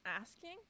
asking